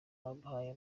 abamuhaye